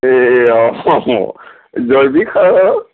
এই জৈৱিক সাৰ